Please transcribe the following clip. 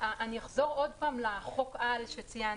אני אחזור שוב לחוק-העל שציינתי,